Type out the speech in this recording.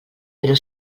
però